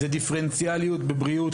זה דיפרנציאליות בבריאות,